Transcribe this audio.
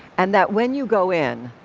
and that when you go in,